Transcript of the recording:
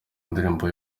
ndirimbo